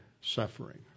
suffering